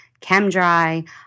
ChemDry